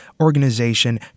organization